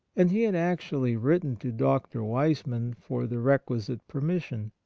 and he had actually written to dr. wiseman for the requisite permission.